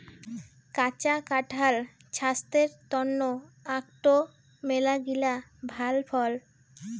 কাঁচা কাঁঠাল ছাস্থের তন্ন আকটো মেলাগিলা ভাল ফল